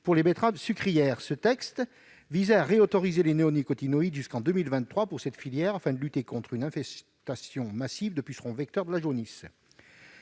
pour les betteraves sucrières. Ce texte vise à réautoriser les néonicotinoïdes jusqu'en 2023 pour cette filière, afin de lutter contre une infestation massive de pucerons vecteurs de la jaunisse.